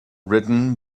written